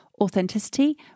authenticity